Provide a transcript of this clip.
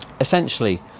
essentially